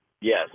yes